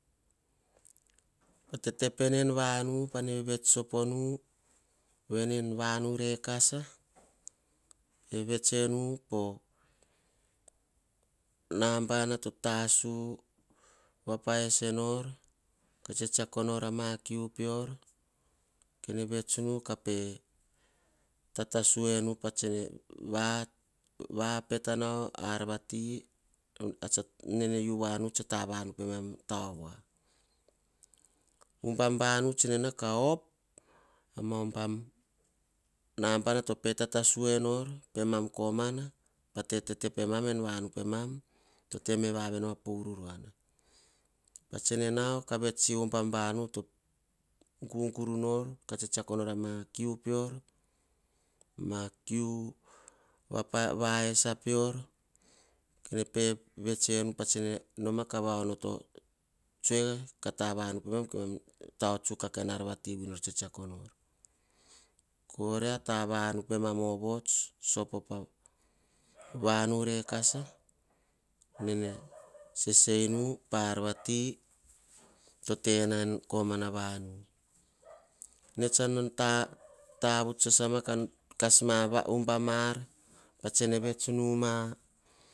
A tete pene en vanu panene vets soponu vanu rekasa pe vets enu po nabana to tasu yapaesenor ka tsitsako nor ama kiu peor. kene vets nu ka tatasu anu tsene vapeta nao ar vati nene u voanu ar tsa tavanu taovor. Huban nu tsene nao ka op. Hubam naba to petatasu enor emam komana pa tetepemam komana to teme vavia menoma po ururuana. pa tsene nauo ka vets tsi o hubam vanu gugunor ka tsetsako nor ama kiu peor, ma kiu vaesa pior. Pe vets enu pa tsene va onoto voa. Tsoe a tavanu pat tse mam tao tsuk a ar vui nor tsetsako nor. koria ovots sopo pa tavanu rekasa. Nene sese enu nene sese enu pa ar vati te to tena en komana vanu, ene tsa nau tavuts sasama ka kasm hubam ar panene vets numa.